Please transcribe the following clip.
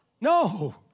No